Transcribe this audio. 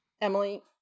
Emily